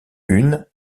une